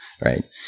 right